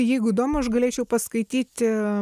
jeigu įdomu aš galėčiau paskaityti